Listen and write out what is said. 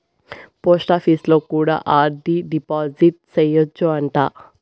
పోస్టాపీసులో కూడా RD deposit సేయచ్చు అంట